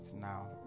now